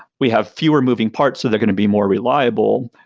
we have fewer moving parts, so they're going to be more reliable.